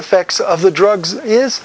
effects of the drugs is